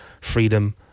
freedom